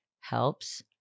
helps